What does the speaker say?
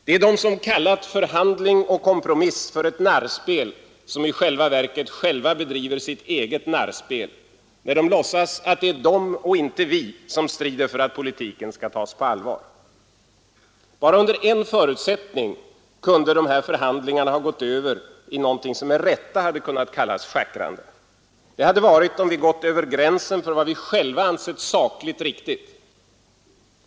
Det är de som kallat förhandling och kompromiss för ett narrspel som i själva verket bedriver sitt eget narrspel när de låtsas att det är de och inte vi som strider för att politiken skall tas på allvar. Endast under en förutsättning kunde förhandlingarna ha gått över i något som med rätta hade kunnat kallas schackrande. Det hade varit om vi gått över gränsen för vad vi själva ansett sakligt riktigt.